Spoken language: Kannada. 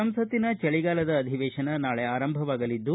ಸಂಸತ್ತಿನ ಚಳಿಗಾಲದ ಅಧಿವೇಶನ ನಾಳೆ ಆರಂಭವಾಗಲಿದ್ದು